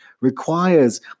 requires